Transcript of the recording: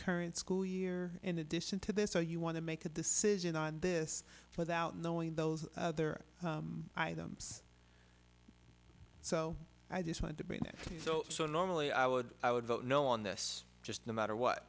current school year in addition to this so you want to make a decision on this without knowing those other items so i just wanted to bring that to you so normally i would i would vote no on this just no matter what